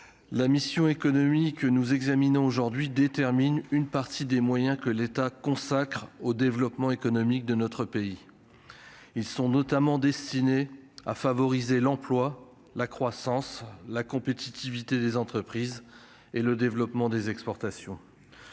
la mission économique que nous examinons aujourd'hui détermine une partie des moyens que l'État consacre au développement économique de notre pays, ils sont notamment destinés à favoriser l'emploi, la croissance, la compétitivité des entreprises et le développement des exportations,